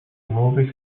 movie